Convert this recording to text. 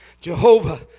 Jehovah